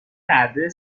کرده